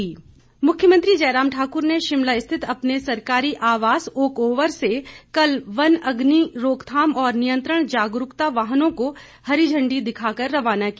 मुख्यमंत्री मुख्यमंत्री जयराम ठाकुर ने शिमला स्थित अपने सरकारी आवास ओकओवर से कल वन अग्नि रोकथाम और नियंत्रण जागरूकता वाहनों को हरी झंडी दिखाकर रवाना किया